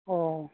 অঁ